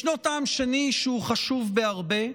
ישנו טעם שני שהוא חשוב בהרבה,